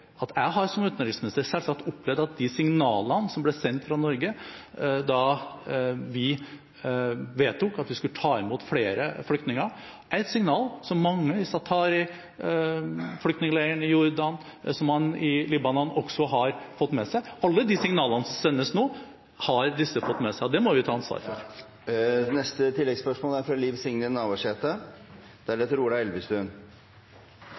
at jeg har som utenriksminister selvsagt opplevd at de signalene som ble sendt fra Norge da vi vedtok at vi skulle ta imot flere flyktninger, er signaler som mange, f.eks. i Zaatari flyktningleir i Jordan og i Libanon, har fått med seg. Alle de signalene som sendes nå, har disse fått med seg, og det må vi ta ansvar for.